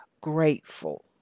grateful